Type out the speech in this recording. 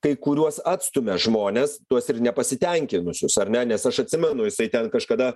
kai kuriuos atstumia žmones tuos ir nepasitenkinusius ar ne nes aš atsimenu jisai ten kažkada